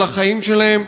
על החיים שלהם.